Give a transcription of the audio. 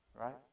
Right